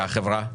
והחברה?